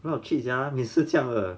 那种 chips sia 每次这样的